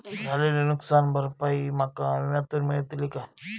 झालेली नुकसान भरपाई माका विम्यातून मेळतली काय?